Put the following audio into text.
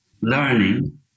learning